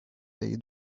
they